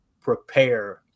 prepare